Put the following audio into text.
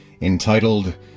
entitled